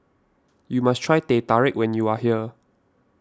you must try Teh Tarik when you are here